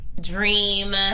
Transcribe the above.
dream